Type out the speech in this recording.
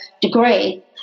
degree